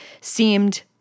seemed